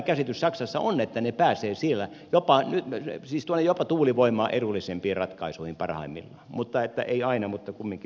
käsitys saksassa on että ne pääsevät siellä jopa tuulivoimaa edullisempiin ratkaisuihin parhaimmillaan ei aina mutta kumminkin parhaimmillaan